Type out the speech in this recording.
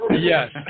yes